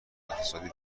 اقتصادی